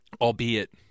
albeit